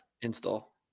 Install